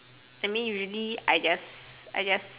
I mean usually I just I just